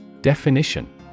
Definition